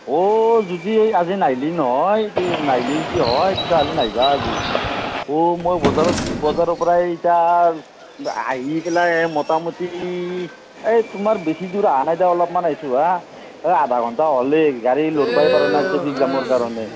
অঁ যদি আজি নাইলি নহয় দে নাইলি যদি হয় তিতাহ'লে নাইভা আজি অঁ মই বজাৰত বজাৰৰ পৰাই ইতা আহি পেলাই মোটামুটি এই তোমাৰ বেছি দূৰ আহা নাই দে অলপমান আহিছোঁ হা আধা ঘণ্টা হ'লেই গাড়ী লৰবাই পাৰা নাই ট্ৰেফিক জামৰ কাৰণে